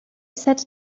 sat